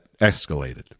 escalated